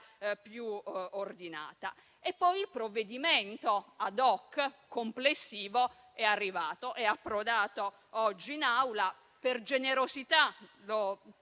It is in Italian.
più ordinata. Poi il provvedimento *ad hoc* complessivo è arrivato, è approdato oggi in Aula. Per generosità